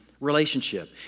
relationship